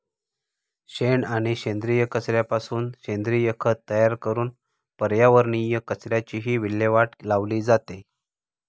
शेण आणि सेंद्रिय कचऱ्यापासून सेंद्रिय खत तयार करून पर्यावरणीय कचऱ्याचीही विल्हेवाट लावली जाते